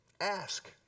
Ask